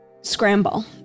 scramble